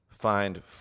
find